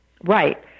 Right